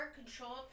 control